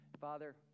Father